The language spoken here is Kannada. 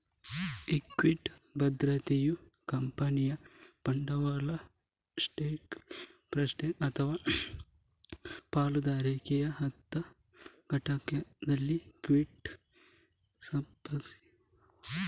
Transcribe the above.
ಇಕ್ವಿಟಿ ಭದ್ರತೆಯು ಕಂಪನಿಯ ಬಂಡವಾಳ ಸ್ಟಾಕ್, ಟ್ರಸ್ಟ್ ಅಥವಾ ಪಾಲುದಾರಿಕೆಯಂತಹ ಘಟಕದಲ್ಲಿ ಇಕ್ವಿಟಿ ಆಸಕ್ತಿಯ ಪಾಲು